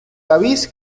davis